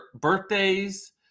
birthdays